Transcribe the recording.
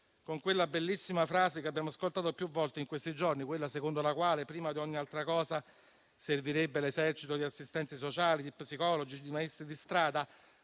in quella bellissima frase, che abbiamo ascoltato più volte in questi giorni, secondo la quale, prima di ogni altra cosa, servirebbe l'esercito di assistenti sociali, di psicologi, di maestri di strada,